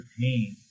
pain